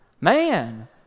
Man